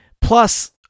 Plus